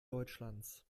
deutschlands